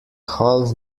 half